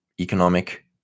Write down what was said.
economic